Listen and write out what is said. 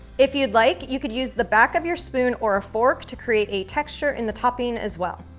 if you'd like, you could use the back of your spoon or a fork to create a texture in the topping, as well.